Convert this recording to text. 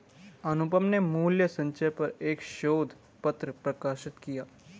अनुपम ने मूल्य संचय पर एक शोध पत्र प्रकाशित किया